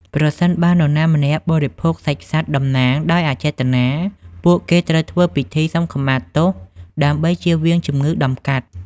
ប្រសិនបើនរណាម្នាក់បរិភោគសាច់សត្វតំណាងដោយអចេតនា ពួកគេត្រូវធ្វើពិធីសុំខមាទោសដើម្បីជៀសវាងជំងឺតម្កាត់។